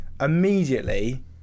Immediately